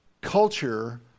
culture